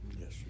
Yes